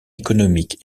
économique